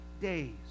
days